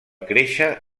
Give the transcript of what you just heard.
créixer